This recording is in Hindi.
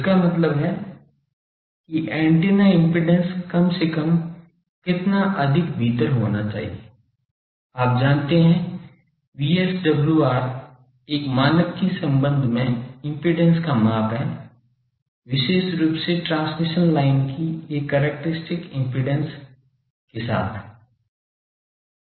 इसका मतलब है कि एंटेना इम्पीडेन्स कम से कम कितना अधिक भीतर होना चाहिए आप जानते हैं VSWR एक मानक के संबंध में इम्पीडेन्स का माप है विशेष रूप से ट्रांसमिशन लाइन की एक कैरेक्टरिस्टिक इम्पीडेन्स के साथ